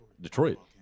Detroit